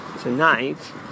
tonight